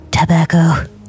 Tobacco